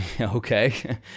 Okay